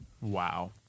Wow